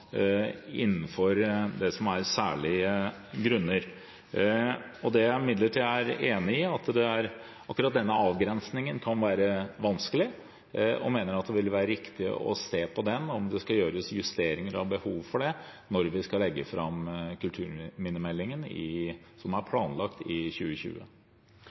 særlige grunner. Det jeg imidlertid er enig i, er at akkurat denne avgrensningen kan være vanskelig, og jeg mener det vil være riktig å se på den, om det skal gjøres justeringer når det er behov for det, når vi skal legge fram kulturminnemeldingen som er planlagt, i 2020.